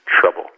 trouble